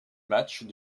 matchs